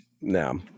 No